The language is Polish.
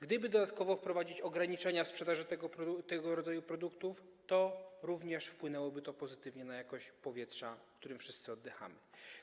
Gdyby dodatkowo wprowadzić ograniczenia w sprzedaży tego rodzaju produktów, to również wpłynęłoby to pozytywnie na jakość powietrza, którym wszyscy oddychamy.